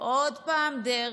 עוד פעם דרעי,